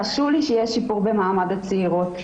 חשוב לי שיהיה שיפור במעמד הצעירות,